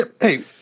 Hey